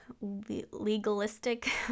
legalistic